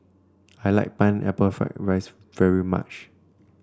I like Pineapple Fried Rice very much